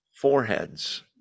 foreheads